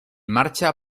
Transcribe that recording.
marcha